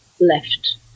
left